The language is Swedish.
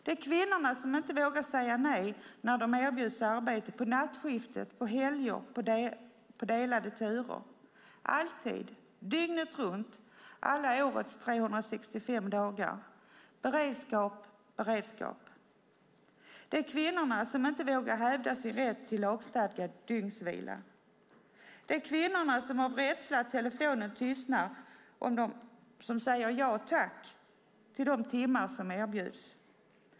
Det är kvinnorna som inte vågar säga nej när de erbjuds arbete på nattskiftet, på helger och på delade turer. Alltid, dygnet runt, alla årets 365 dagar har de beredskap. Det är kvinnorna som inte vågar hävda sin rätt till lagstadgad dygnsvila. Det är kvinnorna som av rädsla för att telefonen ska tystna säger ja tack till de timmar som erbjuds.